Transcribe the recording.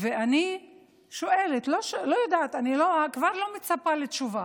אני שואלת, לא יודעת, אני כבר לא מצפה לתשובה,